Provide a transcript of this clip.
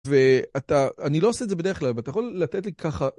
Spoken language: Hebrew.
ואתה, אני לא עושה את זה בדרך כלל, אבל אתה יכול לתת לי ככה.